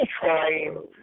trying